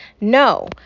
No